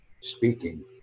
speaking